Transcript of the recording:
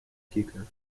kicker